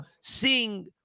seeing